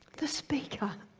the speaker.